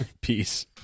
Peace